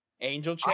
Angel